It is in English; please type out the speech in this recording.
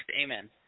amen